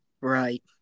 Right